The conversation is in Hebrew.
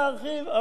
עשינו סדק.